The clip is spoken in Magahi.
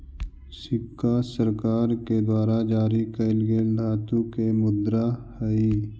सिक्का सरकार के द्वारा जारी कैल गेल धातु के मुद्रा हई